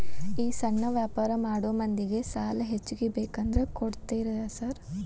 ಈ ಸಣ್ಣ ವ್ಯಾಪಾರ ಮಾಡೋ ಮಂದಿಗೆ ಸಾಲ ಹೆಚ್ಚಿಗಿ ಬೇಕಂದ್ರ ಕೊಡ್ತೇರಾ ಸಾರ್?